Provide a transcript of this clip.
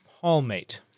palmate